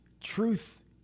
Truth